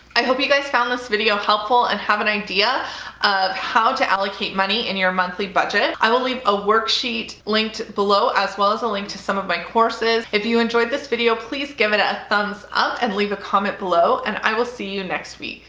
i hope you guys found this video helpful and have an idea of how to allocate money in your monthly budget. i will leave a worksheet linked below, as well as a link to some of my courses. if you enjoyed this video, please give it a thumbs up and leave a comment below, and i will see you next week.